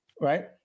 right